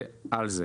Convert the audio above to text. וזה על זה.